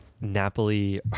Napoli